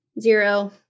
zero